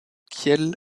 kiel